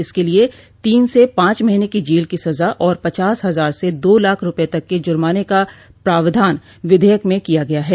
इसके लिए तीन से पांच महीने की जेल की सजा और पचास हजार से दो लाख रूपए तक के ज्रमाने का प्रावधान विधेयक में किया गया है